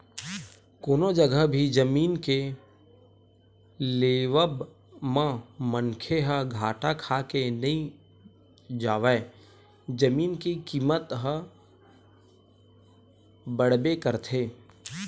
कोनो जघा भी जमीन के लेवब म मनखे ह घाटा खाके नइ जावय जमीन के कीमत ह बड़बे करथे